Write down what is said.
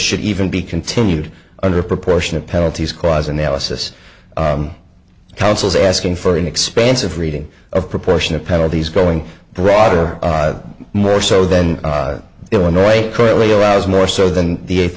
should even be continued under proportionate penalties cause analysis council's asking for an expansive reading of proportion of penalties going broader more so than illinois currently arouse more so than the eighth